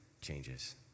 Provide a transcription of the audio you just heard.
changes